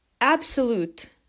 absolute